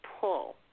pull